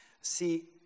See